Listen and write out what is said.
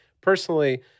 personally